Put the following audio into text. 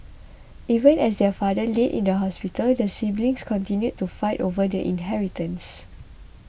even as their father laid in the hospital the siblings continued to fight over the inheritance